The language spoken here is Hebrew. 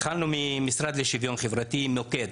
התחלנו מהמשרד לשיוויון חברתי מוקד